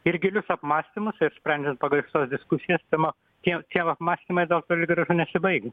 ir gilius apmąstymus ir sprendžiant pagal diskusijos temą tie tie apmąstymai dar toli gražu nesibaigia